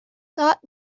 thought